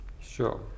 Sure